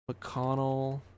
mcconnell